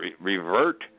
revert